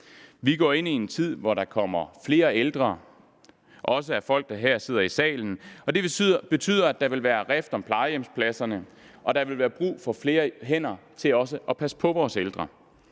Vi går ind i en tid, hvor der kommer flere ældre – også blandt folk, der her sidder i salen – og det betyder, at der vil være rift om plejehjemspladserne og være brug for flere hænder til at passe på vores ældre.